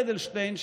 אדלשטיין,